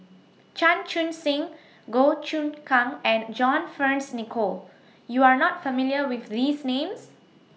Chan Chun Sing Goh Choon Kang and John Fearns Nicoll YOU Are not familiar with These Names